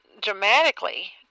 dramatically